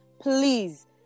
please